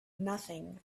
nothing